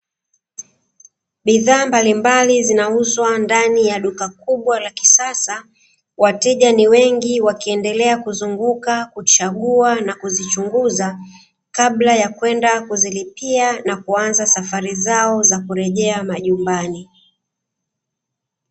Bidhaa mbalimbali zinauzwa ndani ya duka kubwa la kisasa, wateja ni wengi wakiendelea kuzunguka kuchagua na kuzichunguza kabla ya kwenda kuzilipia na kuanza safari zao za kurejea majumbani.